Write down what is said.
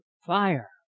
fire